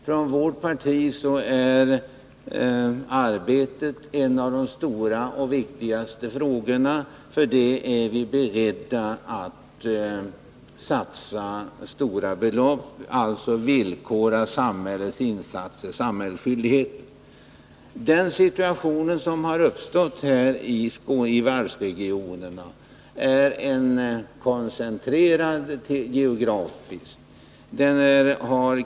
För vårt parti är arbete för människorna en av de stora och viktiga frågorna. På den frågan är vi beredda att satsa stora belopp. Vi vill dock förena samhällets insatser med fasta villkor. Den situation som har uppstått i varvsregionen är geografiskt koncentrerad.